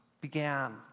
began